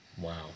Wow